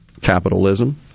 capitalism